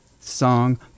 song